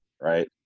Right